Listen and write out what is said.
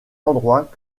endroit